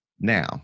now